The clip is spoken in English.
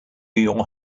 your